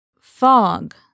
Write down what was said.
Fog